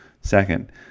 Second